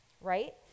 right